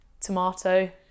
tomato